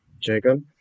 Jacob